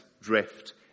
drift